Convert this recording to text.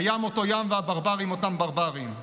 הים אותו ים והברברים אותם ברברים.